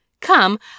Come